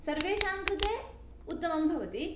सर्वेषां कृते उत्तमं भवति